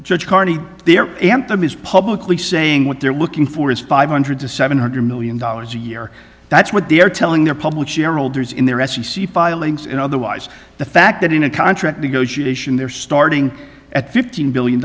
judge carney the anthem is publicly saying what they're looking for is five hundred to seven hundred million dollars a year that's what they're telling their public shareholders in their f c c filings and otherwise the fact that in a contract negotiation they're starting at